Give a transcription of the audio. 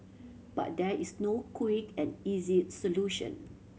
but there is no quick and easy solution